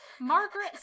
Margaret